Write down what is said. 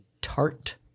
tart